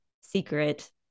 secret